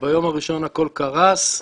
שביום הראשון הכול קרס,